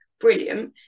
brilliant